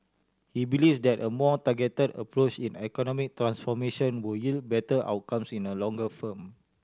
he believes that a more targeted approach in economic transformation would yield better outcomes in the longer form